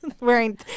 Wearing